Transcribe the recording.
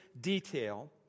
detail